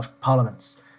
parliaments